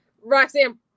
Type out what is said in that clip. Roxanne